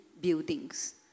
buildings